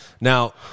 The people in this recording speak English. Now